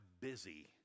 busy